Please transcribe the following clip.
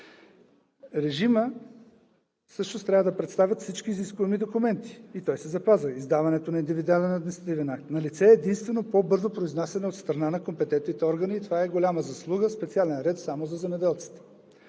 Режимът, всъщност трябва да представят всички изискуеми документи и той се запазва – издаването на индивидуален административен акт. Налице е единствено по-бързото произнасяне от страна на компетентните органи и това е голяма заслуга – специален ред само за земеделците.